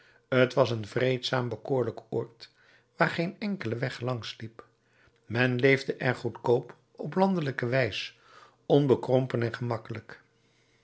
t was een vreedzaam bekoorlijk oord waar geen enkele weg langs liep men leefde er goedkoop op landelijke wijs onbekrompen en gemakkelijk